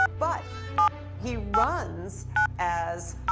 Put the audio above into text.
but he runs as,